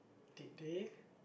did they